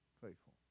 faithful